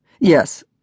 Yes